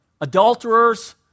adulterers